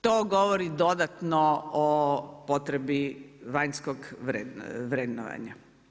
To govori dodatno o potrebi vanjskog vrednovanja.